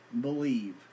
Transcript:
believe